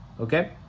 Okay